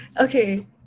Okay